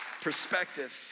perspective